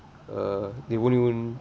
uh they won't even